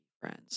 friends